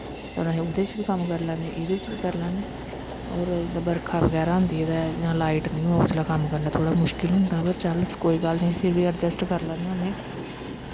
और अस ओह्दे च बी कम्म करी लैन्नें एह्दे च बी करी लैन्नें और बर्खा बगैरा होंदी ऐ लाईट बगैरा नी होऐ ते बड़ा मुश्किल होंदा ऐ व चल कोई गल्ल नी फिर बी अड़जैस्ट करी लैन्नें होनें